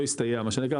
לא הסתייע מה שנקרא,